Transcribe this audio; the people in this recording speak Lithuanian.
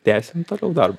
tęsim toliau darb